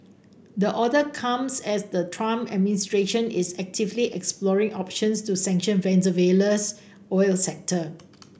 the order comes as the Trump administration is actively exploring options to sanction Venezuela's oil sector